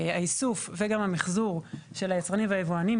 האיסוף וגם המיחזור של היצרנים והיבואנים,